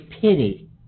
pity